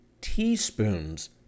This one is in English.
teaspoons